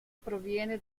proviene